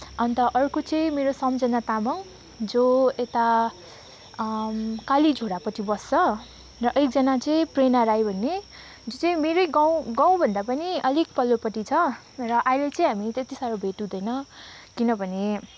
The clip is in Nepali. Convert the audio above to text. अन्त अर्को चाहिँ मेरो सम्झना तामाङ जो यता कालीझोडापट्टि बस्छ र एकजना चाहिँ प्रेरणा राई भन्ने जो चाहिँ मेरै गाउँ गाउँ भन्दा पनि अलिक पल्लोपट्टि छ र अहिले चाहिँ हामी त्यति साह्रै भेट हुँदैन किनभने